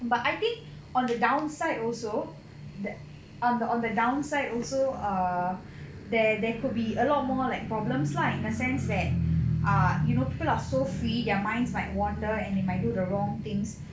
but I think on the downside also on the downside also err there there could be a lot more like problems lah in a sense that err you know people are so free their minds might wonder and they might do the wrong things